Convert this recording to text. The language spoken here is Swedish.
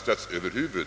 statsöverhuvud.